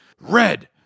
Red